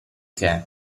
che